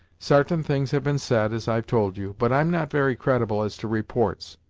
sartain things have been said, as i've told you, but i'm not very credible as to reports.